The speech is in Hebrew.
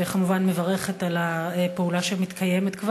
וכמובן מברכת על הפעולה שכבר מתקיימת.